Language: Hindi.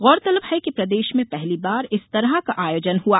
गौरतलब है कि प्रदेश में पहली बार इस तरह का आयोजन हआ